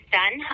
done